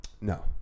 No